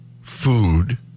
food